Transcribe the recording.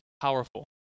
powerful